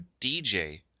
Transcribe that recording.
DJ